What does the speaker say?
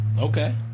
okay